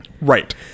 right